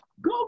go